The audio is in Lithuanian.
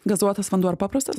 gazuotas vanduo ar paprastas